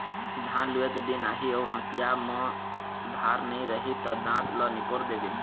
धान लूए के दिन आही अउ हँसिया म धार नइ रही त दाँत ल निपोर देबे